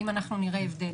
האם אנחנו נראה הבדל,